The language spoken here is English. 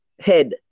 head